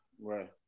Right